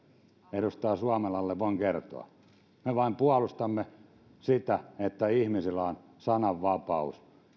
edustaja suomelalle voin kertoa me vain puolustamme sitä että ihmisillä on sananvapaus